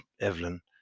Evelyn